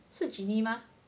是 genie 吗